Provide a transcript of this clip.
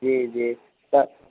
जी जी तऽ